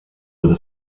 were